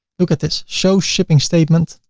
look at this show shipping statement?